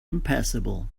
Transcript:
impassable